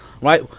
right